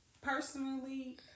Personally